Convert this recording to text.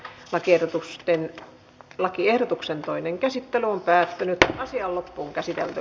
lisäpöytäkirjan ainoa ja lakiehdotuksen toinen käsittely on päättynyt ja asia on päättyi